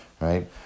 Right